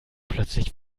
plötzlich